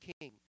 king